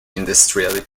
industrially